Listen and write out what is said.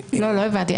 לא הבנתי.